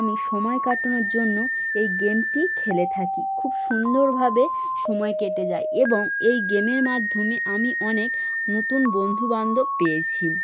আমি সময় কাটানোর জন্য এই গেমটি খেলে থাকি খুব সুন্দরভাবে সময় কেটে যায় এবং এই গেমের মাধ্যমে আমি অনেক নতুন বন্ধুবান্ধব পেয়েছি